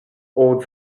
old